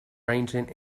ranging